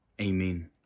Amen